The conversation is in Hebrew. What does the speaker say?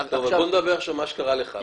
טוב, בוא נדבר עכשיו מה שקרה לך.